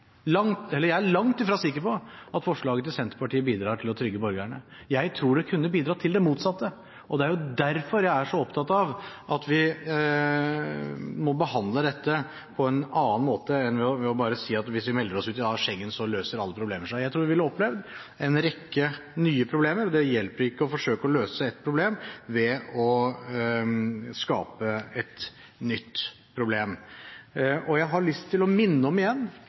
langt ifra sikker på at forslaget til Senterpartiet bidrar til å trygge borgerne. Jeg tror det kunne bidratt til det motsatte, og det er jo derfor jeg er så opptatt av at vi må behandle dette på en annen måte enn ved bare å si at hvis vi melder oss ut av Schengen, løser alle problemer seg. Jeg tror vi ville opplevd en rekke nye problemer, og det hjelper ikke å forsøke å løse ett problem ved å skape et nytt problem. Jeg har igjen lyst til å minne om